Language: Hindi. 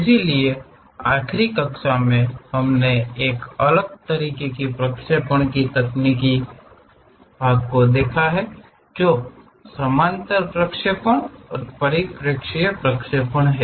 इसलिए आखिरी कक्षा में हमने एक अलग तरह की प्रक्षेपण तकनीक देखी है जो समानांतर प्रक्षेपण और परिप्रेक्ष्य प्रक्षेपण है